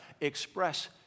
Express